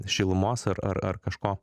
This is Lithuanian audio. šilumos ar ar ar kažko